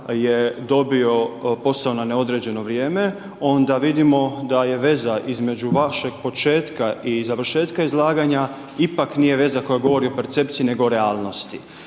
je dobio posao na neodređeno vrijeme onda vidimo da je veza između vašeg početka i završetka izlaganja ipak nije veza koja govori o percepciji nego realnosti.